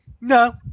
No